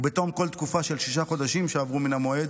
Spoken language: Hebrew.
ובתום כל תקופה של שישה חודשים שעברו מן המועד